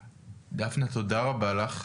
דפנה, תודה רבה לך.